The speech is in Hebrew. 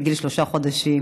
בגיל שלושה חודשים